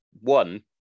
one